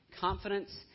Confidence